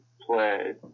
play